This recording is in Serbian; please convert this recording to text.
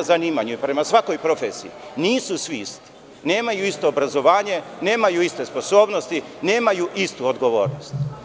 zanimanju, prema svakoj profesiji, nisu svi isti, nemaju isto obrazovanje, nemaju iste sposobnosti, nemaju istu odgovornost.